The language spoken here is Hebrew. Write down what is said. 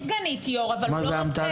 יש סגנית יו"ר אבל הוא לא רוצה,